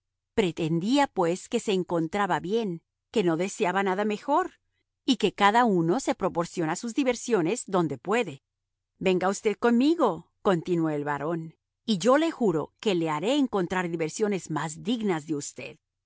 pretendía pues que se encontraba bien que no deseaba nada mejor y que cada uno se proporciona sus diversiones donde puede venga usted conmigo continuó el barón y yo le juro que le haré encontrar diversiones más dignas de usted